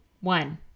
one